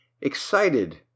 excited